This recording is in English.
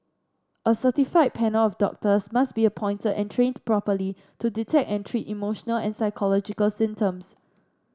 a certified panel of doctors must be appointed and trained properly to detect and treat emotional and psychological symptoms